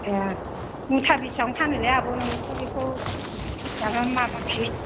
ए मुथा बेसेबां फानोलै आब' नोंथ' बेखौ माबा